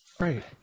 Right